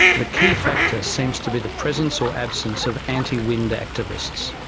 the key factor seems to be the presence or absence of anti-wind activists,